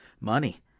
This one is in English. Money